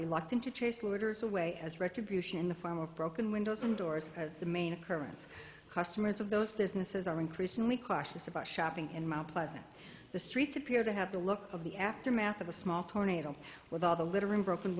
reluctant to chase orders away as retribution in the form of broken windows and doors the main occurrence customers of those businesses are increasingly cautious about shopping in mt pleasant the streets appear to have the look of the aftermath of a small tornado with all the litter and broken